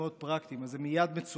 אז הם מייד מצויים במעשה